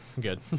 good